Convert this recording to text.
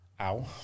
Ow